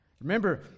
Remember